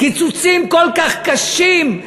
קיצוצים כל כך קשים,